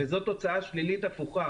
-- וזאת תוצאה שלילית הפוכה.